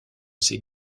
ces